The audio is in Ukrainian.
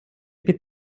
під